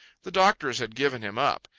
the doctors had given him up.